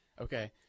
Okay